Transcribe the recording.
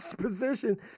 position